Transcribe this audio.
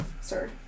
sir